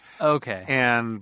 Okay